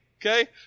okay